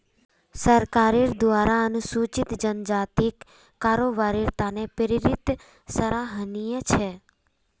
सरकारेर द्वारा अनुसूचित जनजातिक कारोबारेर त न प्रेरित सराहनीय छ